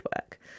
work